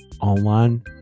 online